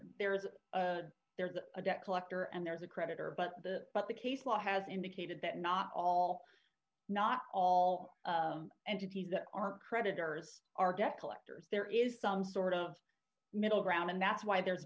there is a there's a debt collector and there's a creditor but the but the case law has indicated that not all not all entities are creditors are debt collectors there is some sort of middle ground and that's why there's